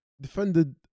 defended